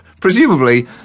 presumably